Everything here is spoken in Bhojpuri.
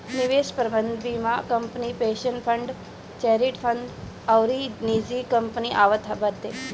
निवेश प्रबंधन बीमा company, pension fund, charity fund अउरी निजी कंपनी आवत बानी